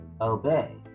obey